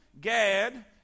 Gad